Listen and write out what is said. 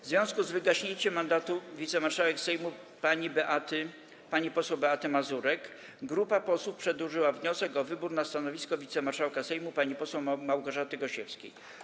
W związku z wygaśnięciem mandatu wicemarszałek Sejmu pani poseł Beaty Mazurek grupa posłów przedłożyła wniosek o wybór na stanowisko wicemarszałka Sejmu pani poseł Małgorzaty Gosiewskiej.